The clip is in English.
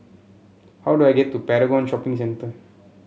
how do I get to Paragon Shopping Centre